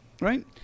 right